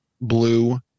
blue